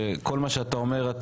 שכול מה שאתה אומר,